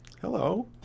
Hello